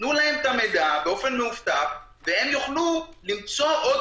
תנו להם את המידע באופן מאובטח והם יוכלו למצוא עוד